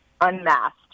unmasked